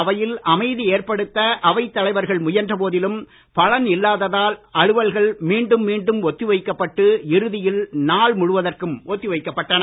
அவையில் அமைதி ஏற்படுத்த அவைத் தலைவர்கள் முயன்ற போதிலும் பலன் இல்லாததால் அலுவல்கள் மீண்டும் மீண்டும் ஒத்திவைக்கப்பட்டு இறுதியில் நாள் முழுவதற்கும் ஒத்திவைக்கப்பட்டன